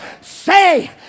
Say